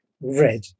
red